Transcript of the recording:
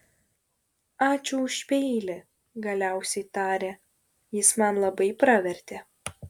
ačiū už peilį galiausiai tarė jis man labai pravertė